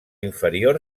inferior